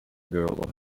girl